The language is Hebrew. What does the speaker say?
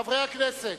חברי הכנסת,